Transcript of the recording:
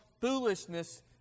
foolishness